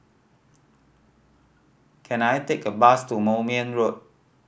can I take a bus to Moulmein Road